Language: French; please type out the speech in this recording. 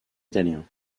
italiens